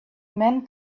men